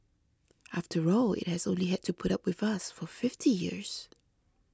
after all it has only had to put up with us for fifty years